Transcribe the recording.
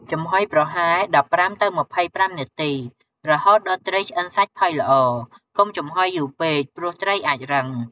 ចំហុយប្រហែល ១៥ទៅ២៥ នាទី រហូតដល់ត្រីឆ្អិនសាច់ផុយល្អ កុំចំហុយយូរពេក ព្រោះត្រីអាចរឹង។